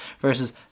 versus